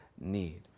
need